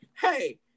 Hey